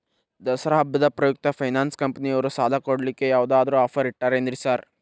ದಸರಾ ಹಬ್ಬದ ಪ್ರಯುಕ್ತ ಫೈನಾನ್ಸ್ ಕಂಪನಿಯವ್ರು ಸಾಲ ಕೊಡ್ಲಿಕ್ಕೆ ಯಾವದಾದ್ರು ಆಫರ್ ಇಟ್ಟಾರೆನ್ರಿ ಸಾರ್?